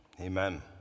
Amen